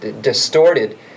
distorted